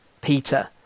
Peter